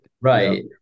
Right